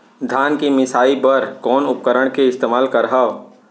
धान के मिसाई बर कोन उपकरण के इस्तेमाल करहव?